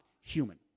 human